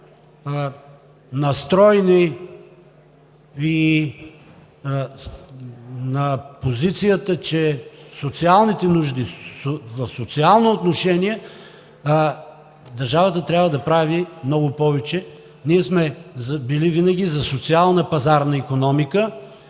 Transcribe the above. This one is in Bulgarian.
настроени и на позицията, че за социалните нужди в социално отношение държавата трябва да прави много повече. Ние сме били винаги за социална пазарна икономика,